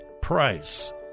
price